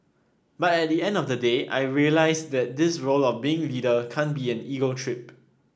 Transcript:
but at the end of the day I realised that this role of being leader can't be an ego trip